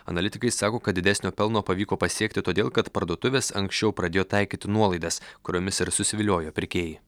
analitikai sako kad didesnio pelno pavyko pasiekti todėl kad parduotuvės anksčiau pradėjo taikyti nuolaidas kuriomis ir susiviliojo pirkėjai